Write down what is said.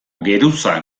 geruza